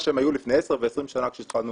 שהם היו לפני עשר ו-20 שנה כשהתחלנו